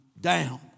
down